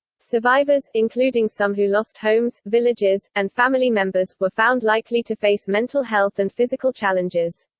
survivors, including some who lost homes, villages, and family members, were found likely to face mental health and physical challenges.